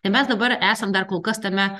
ir mes dabar esam dar kol kas tame